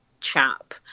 chap